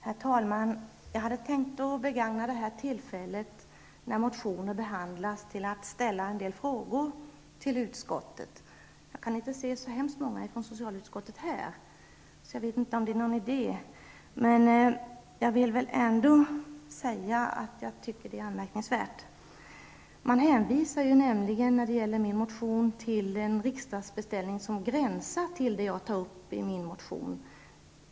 Herr talman! Jag hade tänkt begagna det här tillfället där min motion behandlas till att ställa en del frågor till utskottets talesmän. Jag kan inte se så hemskt många från socialutskottet här, så jag vet inte om det är någon idé med det. Men jag vill ändå säga att jag tycker att det är anmärkningsvärt. Man hänvisar nämligen när det gäller min motion till en riksdagsbeställning som gränsar till det som jag har tagit upp i min motion.